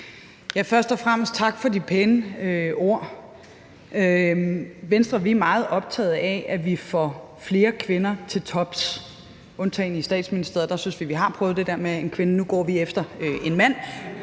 tak for de pæne ord. I Venstre er vi meget optaget af, at vi får flere kvinder til tops, undtagen i Statsministeriet – der synes vi, at vi har prøvet det der med en kvinde, og nu går vi efter en mand